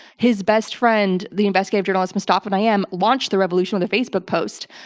his best friend, the investigative journalist mustafa nayyem, launched the revolution with a facebook post.